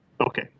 Okay